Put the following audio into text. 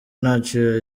ntacyo